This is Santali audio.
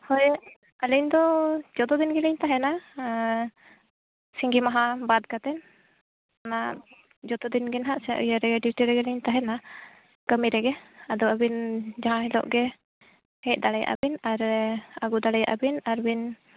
ᱦᱳᱭ ᱟᱹᱞᱤᱧ ᱫᱚ ᱡᱚᱛᱚ ᱫᱤᱱ ᱜᱮᱞᱤᱧ ᱛᱟᱦᱮᱱᱟ ᱥᱤᱜᱤ ᱢᱟᱦᱟ ᱵᱟᱫᱽ ᱠᱟᱛᱮ ᱚᱱᱟ ᱡᱚᱛᱚ ᱫᱤᱱᱜᱮᱱᱟᱦᱟᱜ ᱤᱭᱟᱹ ᱨᱮᱜᱮ ᱰᱤᱣᱩᱴᱤ ᱨᱮᱜᱮ ᱞᱤᱧ ᱛᱟᱦᱮᱱᱟ ᱠᱟᱹᱢᱤ ᱨᱮᱜᱮ ᱟᱫᱚ ᱟᱹᱵᱤᱱ ᱡᱟᱦᱟᱸ ᱦᱤᱞᱳᱜ ᱜᱮ ᱦᱮᱡ ᱫᱟᱲᱮᱭᱟᱜᱼᱟ ᱵᱤᱱ ᱟᱨ ᱟᱹᱜᱩ ᱫᱟᱲᱮᱭᱟᱜᱼᱟ ᱵᱤᱱ ᱟᱨ ᱵᱤᱱ